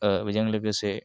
बेजों लोगोसे